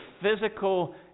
physical